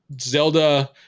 Zelda